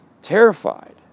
terrified